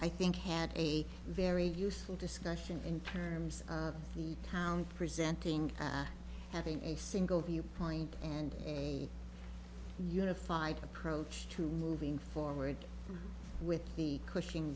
i think had a very useful discussion in terms of the town presenting having a single viewpoint and a unified approach to moving forward with the c